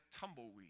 tumbleweed